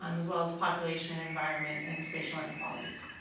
um as well as population and environment and spatial inequalities.